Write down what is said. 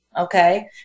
okay